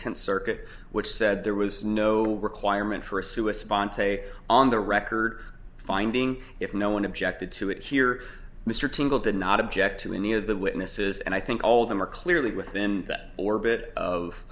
tenth circuit which said there was no requirement for a sue a sponsor on the record finding if no one objected to it here mr tingle did not object to any of the witnesses and i think all of them are clearly within the orbit of